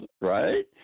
right